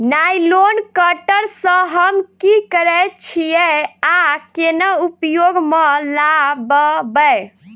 Nylon cutter सँ हम की करै छीयै आ केना उपयोग म लाबबै?